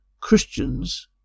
Christians